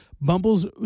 Bumble's